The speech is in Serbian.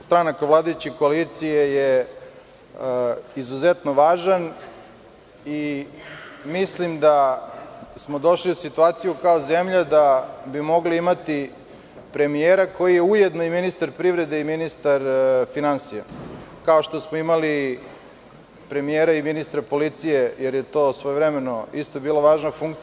stranaka vladajuće koalicije, je izuzetno važan i mislim da smo došli u situaciju kao zemlja da bi mogli imati premijera koji je ujedno i ministar privrede i ministar finansija, kao što smo imali premijera i ministra policije, jer je to svojevremeno isto bila važna funkcija.